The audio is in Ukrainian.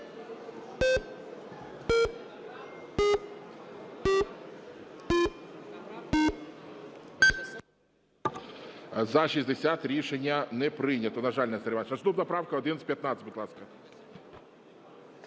За-60 Рішення не прийнято.